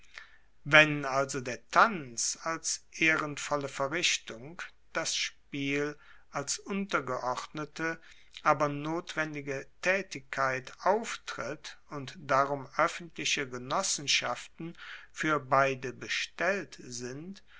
wenn also der tanz als ehrenvolle verrichtung das spiel als untergeordnete aber notwendige taetigkeit auftritt und darum oeffentliche genossenschaften fuer beide bestellt sind